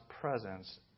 presence